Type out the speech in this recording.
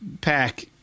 pack